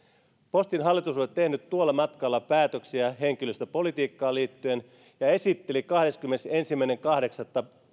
postin hallitus oli tehnyt tuolla matkalla päätöksiä henkilöstöpolitiikkaan liittyen hallitus esitteli kahdeskymmenesensimmäinen kahdeksatta